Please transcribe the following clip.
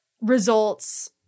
results